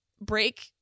break